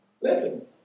Listen